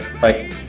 Bye